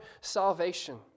salvation